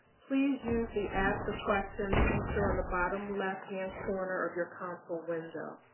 please use the ask a question feature on the bottom left-hand corner of your console window.